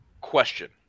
question